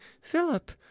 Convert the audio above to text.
Philip